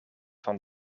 van